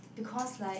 because like